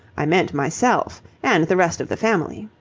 i meant myself and the rest of the family.